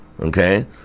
okay